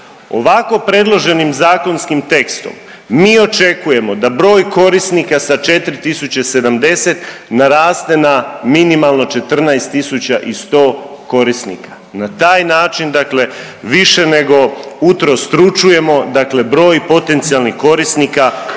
Ovako predloženim zakonskim tekstom mi očekujemo da broj korisnika sa 4.070 naraste na minimalno 14.100 korisnika, na taj način dakle više nego utrostručujemo dakle broj potencijalnih korisnika ove sada